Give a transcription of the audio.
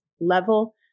level